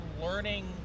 learning